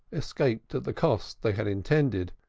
escaped at the cost they had intended,